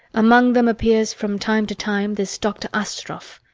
among them appears from time to time this dr. astroff,